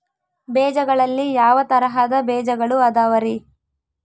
ಬೇಜಗಳಲ್ಲಿ ಯಾವ ತರಹದ ಬೇಜಗಳು ಅದವರಿ?